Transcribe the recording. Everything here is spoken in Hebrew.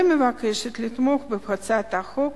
ומבקשת לתמוך בהצעת החוק